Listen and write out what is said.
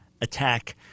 attack